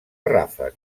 ràfec